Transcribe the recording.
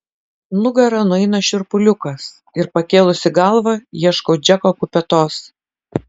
nugara nueina šiurpuliukas ir pakėlusi galvą ieškau džeko kupetos